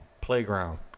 playground